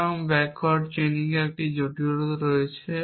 সুতরাং ব্যাকওয়ার্ড চেইনিংয়ের এই জটিলতা রয়েছে